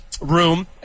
room